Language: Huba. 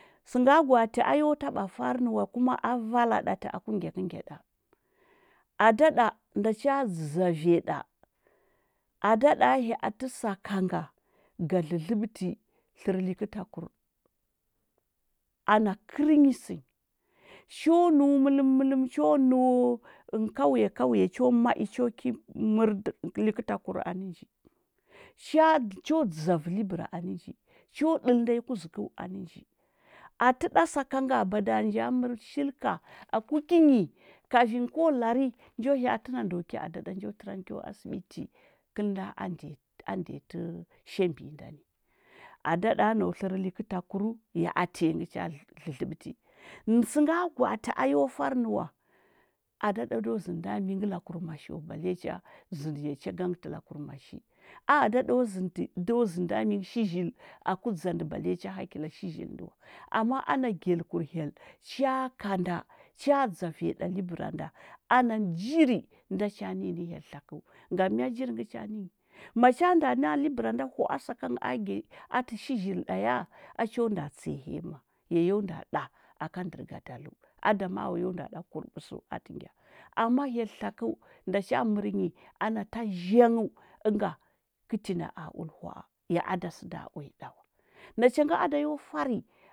Sɚnda gwaati ayo taɓa fari wa kuma a valaɗa ti aku ngyakɚ ngyaɗa ada ɗa nda cha dzɚviya ɗa, ada ɗa hyaati sakanga, ga dlɚdlɚɓɚti tlɚrɚ likɚta kurana kɚrnyi sɚnyi cho nɚu mɚlɚm mɚlɚm cho nɚu ɚngɚ kanya kauya cho indi cho ki mɚr dɚ mɚr likɚtakur anɚ nji cha cho dzauɚ libɚra anɚ nji, cho ɗɚlndanyi kuzɚkɚ anɚ nji atɚ ɗa sakanga bada nja mɚrɚ shilɚka aku kinyi kafin ko lari njo hya’ati na ndo ki ada ɗa njo tɚra nɚ kyo ashiɓiti kɚlnda andiya tɚ a ndi yati shambinyi ndani ada ɗa, nau tlɚr likɚtakura ya atiya ngɚ cha dlɚ dlɚdlɚbɚti sɚnda gwaati a yo fari nɚwa, ada ɗa do zɚn di nda mingɚ lakur mashi wa balle cha zɚndiya cha gangti lakur mashi. A ada ɗa do zɚndi do zɚndi nda mingɚ shi zhil aku dza ndɚu balle cha hakila shizhil ndɚ wa ama ana gyalkur hyel cha kanda cha dzaviya ɗa libɚra nda ana jiri nda cha nɚnyi hyel tlakɚu ngam mya jiri ngɚ cha nɚnyi macha nda ha’a libɚra nda hwa’a sakangɚ agi al shizhil ɗa ya a nda tsiya hyaya ma? Yo nda ɗa aka gadalɚu ada ma’a wa yo nda ɗa kur ɓɚsɚu atɚ ngya ama hyel tlakɚu nda cha mɚrɚ nyi ana ta zhangɚu, ɚnga kɚti nda a ulɚ hwa’a ya a sɚda uya ɗa wa nachangɚ ada yo fari.